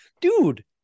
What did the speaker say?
dude